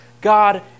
God